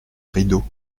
rideau